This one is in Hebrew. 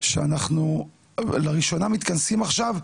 שאנחנו לראשונה מתכנסים עכשיו,